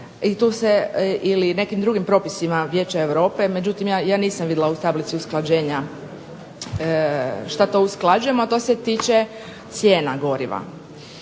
tržišta ili nekim drugim propisima Vijeća Europe, međutim, ja nisam vidjela u tablici usklađenja, što to usklađujemo a to se tiče cijena goriva.